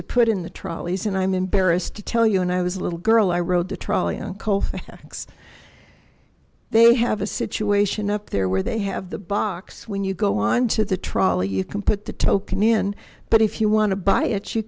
to put in the trolleys and i'm embarrassed to tell you and i was a little girl i rode the trolley and colfax they have a situation up there where they have the box when you go on to the trolley you can put the token in but if you want to buy it